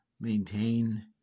maintain